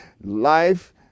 Life